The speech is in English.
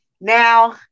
now